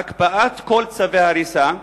1. הקפאת כל צווי ההריסה,